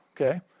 okay